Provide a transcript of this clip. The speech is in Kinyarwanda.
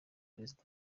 perezida